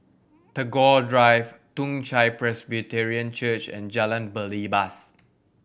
Tagore Drive Toong Chai Presbyterian Church and Jalan Belibas